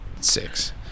six